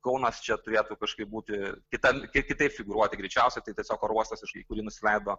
kaunas čia turėtų kažkaip būti kitam kiek kitaip figūruoti greičiausiai tai tiesiog oro uostas iš į kurį nusileido